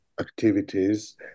activities